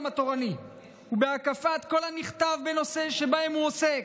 התורני ובהקפת כל הנכתב בנושאים שבהם הוא עוסק,